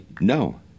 no